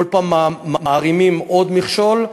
כל פעם מערימים עוד מכשול,